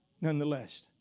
Nonetheless